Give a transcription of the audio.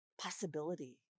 possibility